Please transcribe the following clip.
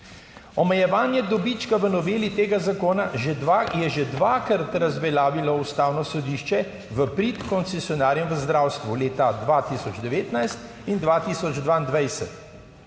Omejevanje dobička v noveli tega zakona je že dvakrat razveljavilo Ustavno sodišče v prid koncesionarjem v zdravstvu: leta 2019 in 2022